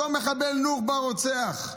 אותו מחבל נוח'בה רוצח.